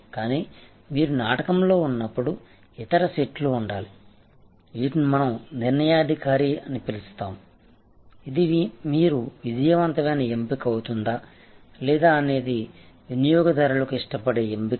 కానీ మీరు నాటకంలో ఉన్నప్పుడు ఇతర సెట్లు ఉంటాయి వీటిని మనం నిర్ణయాధికారి అని పిలుస్తాము ఇది మీరు విజయవంతమైన ఎంపిక అవుతుందా లేదా అనేది వినియోగదారులకు ఇష్టపడే ఎంపిక